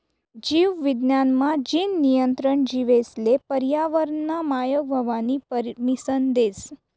जीव विज्ञान मा, जीन नियंत्रण जीवेसले पर्यावरनना मायक व्हवानी परमिसन देस